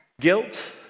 Guilt